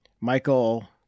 Michael